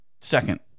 second